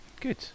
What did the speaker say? Good